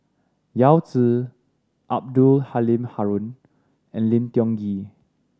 Yao Zi Abdul Halim Haron and Lim Tiong Ghee